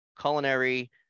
culinary